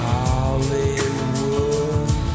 Hollywood